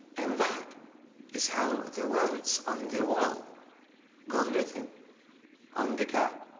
and that is how the words on the wall got written on the card.